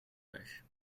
weg